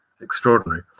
extraordinary